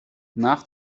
nach